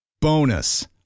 Bonus